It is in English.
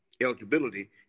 eligibility